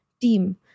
team